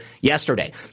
yesterday